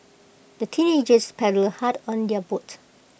the teenagers paddled hard on their boat